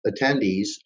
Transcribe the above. attendees